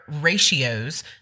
ratios